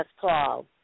Paul